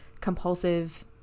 compulsive